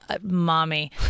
mommy